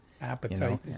Appetite